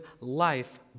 life